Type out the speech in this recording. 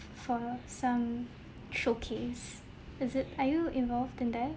for some showcase is it are you involved in that